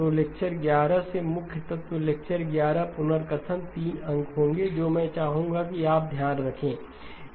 तो लेक्चर 11 से मुख्य तत्व लेक्चर 11 पुनर्कथन 3 अंक होंगे जो मैं चाहूंगा कि आप ध्यान रखें